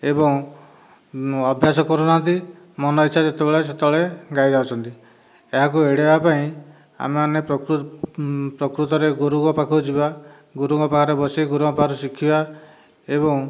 ଏବଂ ଅଭ୍ୟାସ କରୁନାହାନ୍ତି ମନ ଇଚ୍ଛା ଯେତେବେଳେ ସେତେବେଳେ ଗାଇ ଯାଉଛନ୍ତି ଏହାକୁ ଏଡ଼ାଇବା ପାଇଁ ଆମେମାନେ ପ୍ରକୃତ ରେ ଗୁରୁଙ୍କ ପାଖକୁ ଯିବା ଗୁରୁଙ୍କ ପାଖରେ ବସି ଗୁରୁଙ୍କ ପାଖରୁ ଶିଖିବା ଏବଂ